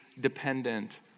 dependent